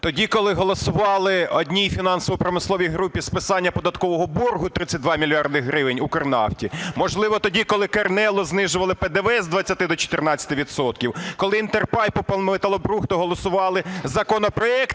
тоді, коли голосували одній фінансово-промисловій групі списання податкового боргу, 32 мільярди гривень, Укрнафті? Можливо, тоді, коли Кернелу знижували ПДВ з 20 до 14 відсотків? Коли Інтерпайпу по металобрухту голосували законопроекти